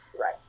Right